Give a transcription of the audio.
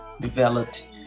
developed